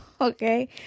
Okay